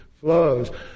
flows